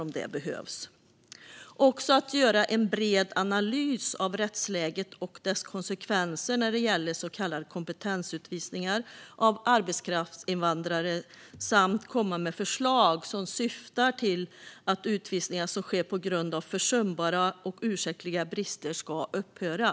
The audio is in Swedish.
Dessutom ska utredningen göra en bred analys av rättsläget och dess konsekvenser när det gäller så kallade kompetensutvisningar av arbetskraftsinvandrare samt komma med förslag som syftar till att utvisningar som sker på grund av försumbara och ursäktliga brister ska upphöra.